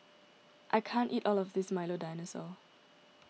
I can't eat all of this Milo Dinosaur